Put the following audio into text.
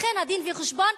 לכן הדין-וחשבון,